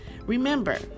Remember